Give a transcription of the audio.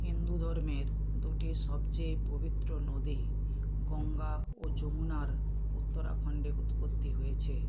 হিন্দুধর্মের দুটি সবচেয়ে পবিত্র নদী গঙ্গা ও যমুনার উত্তরাখণ্ডে উৎপত্তি হয়েছে